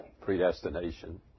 predestination